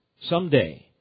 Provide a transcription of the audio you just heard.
someday